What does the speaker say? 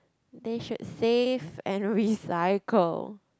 they should save and recycle